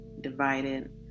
divided